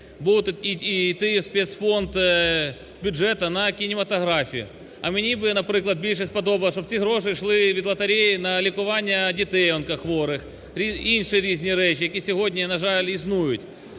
будуть іти в спецфонд бюджету на кінематографію. А мені би, наприклад, більше сподобалось, щоб ці гроші йшли від лотереї на лікування дітей онкохворих, інші різні речі, які сьогодні, на жаль існують.